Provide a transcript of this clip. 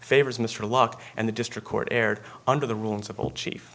favors mr locke and the district court aired under the rules of all chief